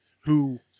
who-